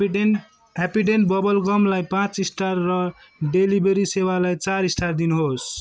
Happydent Happydent बबल्गमलाई पाँच star र डेलिभरी सेवालाई चार स्टार दिनुहोस्